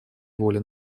воле